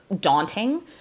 daunting